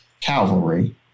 Calvary